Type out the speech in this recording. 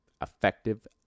effective